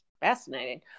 Fascinating